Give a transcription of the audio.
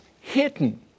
hidden